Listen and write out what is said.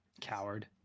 Coward